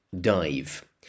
dive